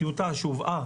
טיוטה שהובאה,